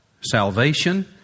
salvation